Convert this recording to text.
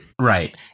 Right